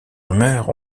rumeurs